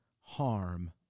harm